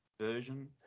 version